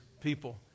people